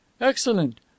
Excellent